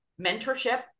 mentorship